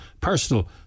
personal